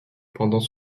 pendant